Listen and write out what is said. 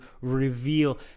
reveal